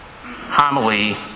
homily